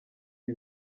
ibi